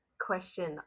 question